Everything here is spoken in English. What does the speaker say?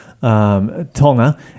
Tonga